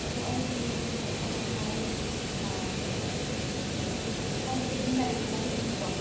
ꯑꯗꯣ ꯑꯩꯗꯤ ꯊꯕꯛꯇꯣ ꯑꯩ ꯀꯩꯅꯣ ꯑꯩꯒ ꯐꯝꯃꯤꯟꯅꯔꯤꯕ ꯃꯈꯣꯏ ꯑꯅꯤꯗꯣ